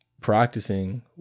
practicing